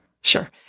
Sure